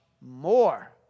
More